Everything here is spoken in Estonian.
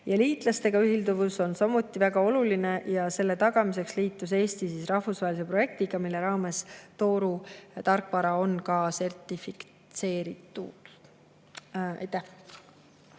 Liitlastega ühilduvus on samuti väga oluline ja selle tagamiseks liitus Eesti rahvusvahelise projektiga, mille raames Tooru tarkvara on ka sertifitseeritud. Aitäh!